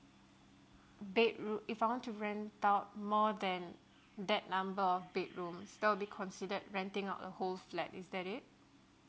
bedro~ if I want to rent out more than that number of bedrooms is that will be considered renting out a whole flat is that it